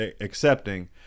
accepting